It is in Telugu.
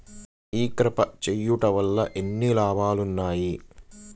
ఈ క్రాప చేయుట వల్ల ఎన్ని లాభాలు ఉన్నాయి?